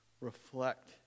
reflect